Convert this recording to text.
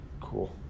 Cool